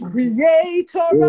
Creator